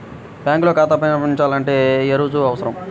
బ్యాంకులో ఖాతా ప్రారంభించాలంటే ఏ రుజువులు అవసరం?